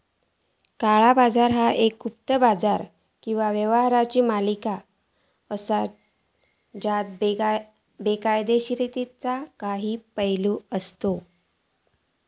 काळा बाजार ह्यो एक गुप्त बाजार किंवा व्यवहारांची मालिका असा ज्यात बेकायदोशीरतेचो काही पैलू असता